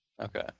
Okay